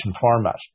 format